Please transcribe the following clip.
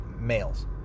males